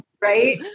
Right